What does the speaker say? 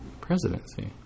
presidency